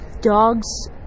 Dogs